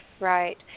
right